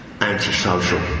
antisocial